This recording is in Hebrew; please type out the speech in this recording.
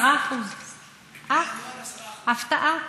10%. הפתעה.